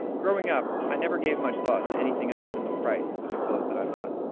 growing up, i never gave much thought to anything other than the price of the clothes that i bought,